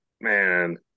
man